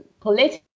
political